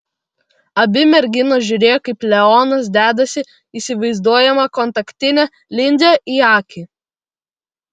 abi merginos žiūrėjo kaip leonas dedasi įsivaizduojamą kontaktinę linzę į akį